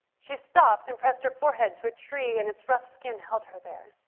she stopped and pressed her for head to a tree and its rough skin held her there.